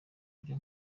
buryo